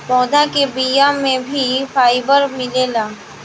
पौधा के बिया में भी फाइबर मिलेला